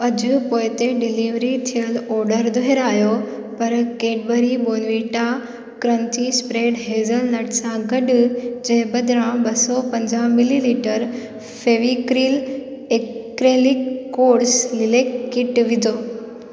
अॼु पोइ ते डिलेवरी थियलु ऑडर दुहिरायो पर Cadbury Bournvita crunchy spread hazelnut सां गॾु जे बदिरां ॿ सौ पंजाह millilitre Fevicryl acrylic colours lilac kit विझो